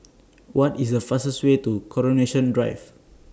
What IS The fastest Way to Coronation Drive